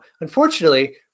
Unfortunately